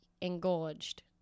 engorged